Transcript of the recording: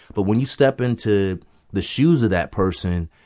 but when you step into the shoes of that person,